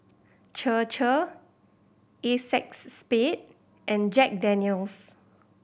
Chir Chir Acexspade and Jack Daniel's